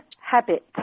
habit